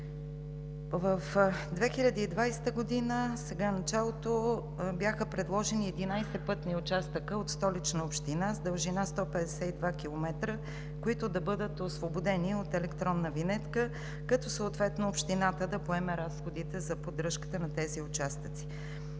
от Столична община бяха предложени 11 пътни участъка с дължина 152 км, които да бъдат освободени от електронна винетка, като съответно Общината да поеме разходите за поддръжката на тези участъци.